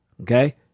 Okay